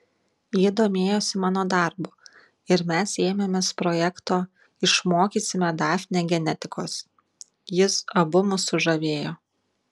ji domėjosi mano darbu ir mes ėmėmės projekto išmokysime dafnę genetikos jis abu mus sužavėjo